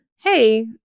hey